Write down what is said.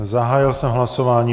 Zahájil jsem hlasování.